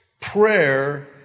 prayer